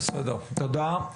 תודה,